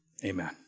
Amen